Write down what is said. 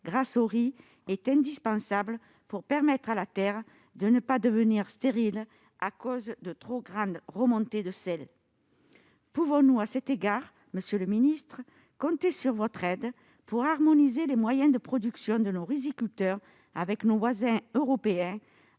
grâce au riz est indispensable pour permettre à la terre de ne pas devenir stérile à cause de trop grandes remontées de sel. Monsieur le ministre, pouvons-nous à cet égard compter sur votre aide pour harmoniser les moyens de production de nos riziculteurs avec nos voisins européens,